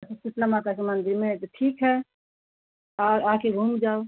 कृष्ण माता का मंदिर में तो ठीक है और आ कर घूम जाओ